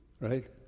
right